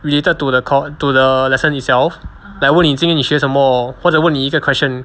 related to the course to the lesson itself like 问你今天你学什么或者问你一个 question